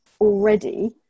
already